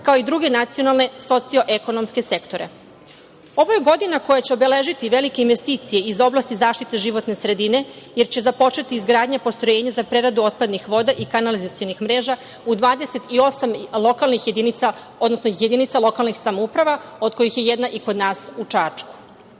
kao i druge nacionalne socio-ekonomske sektore. Ovo je godina koja će obeležiti velike investicije iz oblasti zaštite životne sredine, jer će započeti izgradnja postrojenja za preradu otpadnih voda i kanalizacionih mreža u 28 lokalnih jedinica, odnosno jedinca lokalnih samouprava od kojih je jedna i kod nas u Čačku.Za